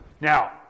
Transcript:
Now